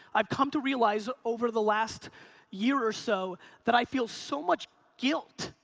i've come to realize over the last year or so that i feel so much guilt,